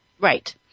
Right